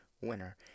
winner